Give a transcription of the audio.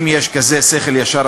ואם יש כזה שכל ישר,